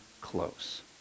Close